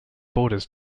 borders